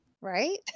right